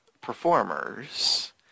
performers